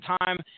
time